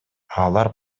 алар